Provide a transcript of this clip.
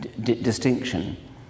distinction